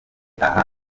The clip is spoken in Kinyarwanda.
aha